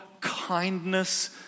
kindness